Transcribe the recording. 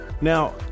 Now